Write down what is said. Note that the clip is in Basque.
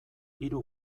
hiru